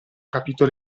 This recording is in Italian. capito